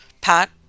Pat